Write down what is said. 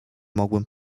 mogłem